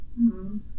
-hmm